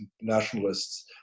nationalists